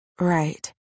Right